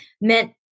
meant